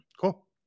Cool